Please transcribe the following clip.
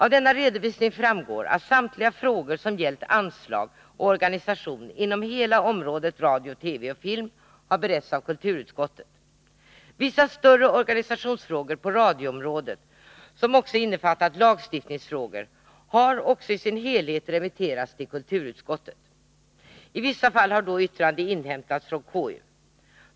Av denna redovisning framgår att samtliga frågor som gällt anslag och organisation inom hela området radio, TV och film har beretts av kulturutskottet. Vissa större organisationsfrågor på radioområdet, som även innefattat lagstiftningsfrågor, har också i sin helhet remitterats till kulturutskottet. I vissa fall har då yttrande inhämtats från KU.